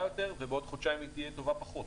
יותר ובעוד חודשיים היא תהיה טובה פחות.